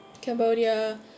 Cambodia